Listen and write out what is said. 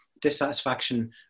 dissatisfaction